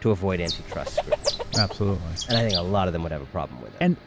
to avoid antitrust scrutiny. absolutely. and i think a lot of them would have a problem with and it.